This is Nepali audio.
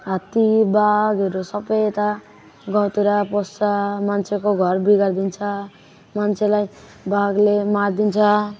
हात्ती बाघहरू सब यता गाउँतिर पस्छ मान्छेको घर बिगारिदिन्छ मान्छेलाई बाघले मारिदिन्छ